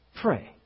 pray